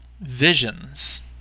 Visions